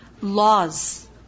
laws